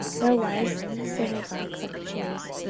where was a synagogue of the jews